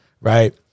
right